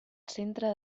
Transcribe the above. centre